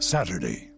Saturday